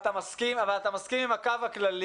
תראה, אתה כמעט סיימת את הדיון עוד בתחילתו.